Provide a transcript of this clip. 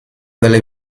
delle